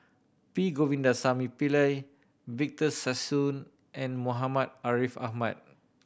P Govindasamy Pillai Victor Sassoon and Muhammad Ariff Ahmad